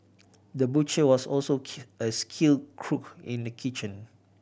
the butcher was also a skilled cook in the kitchen